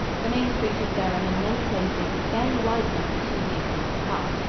the main street of durham in many places is barely wide enough for two vehicles to pass.